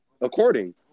according